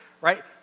right